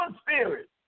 spirit